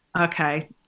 Okay